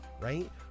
right